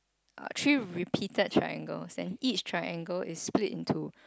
uh three repeated triangles then each triangle is split into